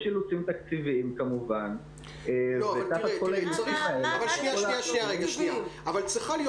יש אילוצים תקציביים כמובן ------ אבל צריכה להיות